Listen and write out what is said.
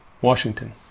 Washington